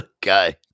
guy